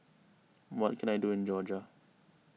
what can I do in Georgia